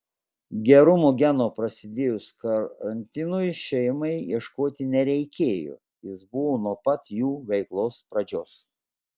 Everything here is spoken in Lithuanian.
gerumo geno prasidėjus karantinui šeimai ieškoti nereikėjo jis buvo nuo pat jų veiklos pradžios